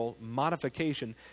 modification